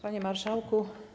Panie Marszałku!